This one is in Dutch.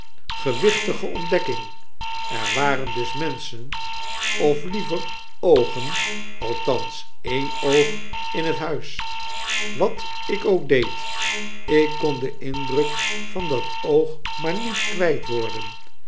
gewichtige ontdekking er waren dus menschen of liever oogen althans een oog in het huis wat ik ook deed ik kon denindrukvan dat oog maar niet kwyt worden